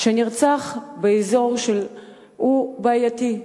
שנרצח באזור שהוא בעייתי.